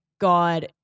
God